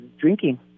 drinking